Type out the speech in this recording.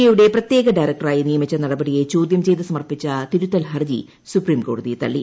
I യുടെ പ്രത്യേക ഡയറക്ടറായി നിയമിച്ച നടപടിയെ ചോദ്യം ചെയ്ത് സമർപ്പിച്ച തിരുത്തൽ ഹർജി സുപ്രീം കോടതി തള്ളി